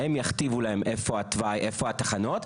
הם יכתיבו להן איפה התוואי, איפה התחנות.